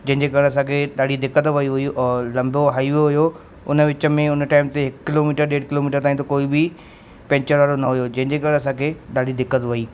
जंहिंजे करे असांखे ॾाढी दिक़त वई हुई और लंबो हाइवो हुओ उन विच में उन टाइम ते हिकु किलोमीटर ॾेढ किलोमीटर ताईं त कोई बि पंचर वारो न हुओ जंहिंजे करे असांखे ॾाढी दिक़त वई